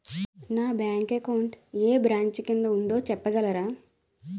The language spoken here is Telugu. నా బ్యాంక్ అకౌంట్ ఏ బ్రంచ్ కిందా ఉందో చెప్పగలరా?